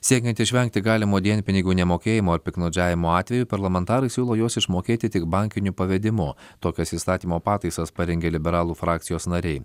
siekiant išvengti galimo dienpinigių nemokėjimo ir piktnaudžiavimo atvejų parlamentarai siūlo juos išmokėti tik bankiniu pavedimu tokias įstatymo pataisas parengė liberalų frakcijos nariai